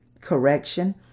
correction